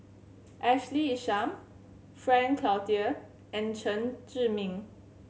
Ashley Isham Frank Cloutier and Chen Zhiming